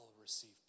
receive